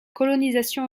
colonisation